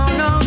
no